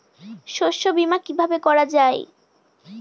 শস্য বীমা কিভাবে করা যায়?